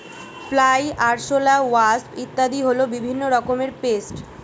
fly, আরশোলা, wasp ইত্যাদি হল বিভিন্ন রকমের পেস্ট